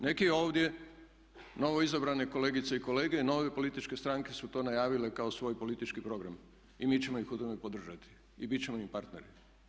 Neki ovdje novoizabrane kolegice i kolege, nove političke stranke su to najavile kao svoj politički program i mi ćemo ih u tome podržati i bit ćemo im partneri.